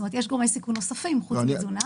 כלומר יש גורמי סיכון נוספים פרט לתזונה.